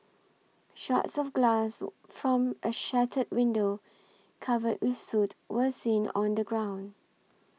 shards of glass from a shattered window covered with soot were seen on the ground